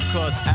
Cause